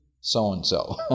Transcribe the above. so-and-so